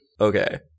okay